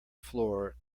floor